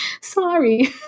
Sorry